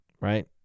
right